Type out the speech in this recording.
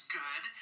good